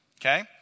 Okay